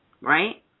right